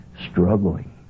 struggling